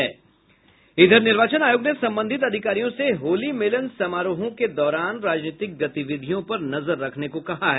निर्वाचन आयोग ने संबंधित अधिकारियों से होली मिलन समारोहों के दौरान राजनीतिक गतिविधियों पर नजर रखने को कहा है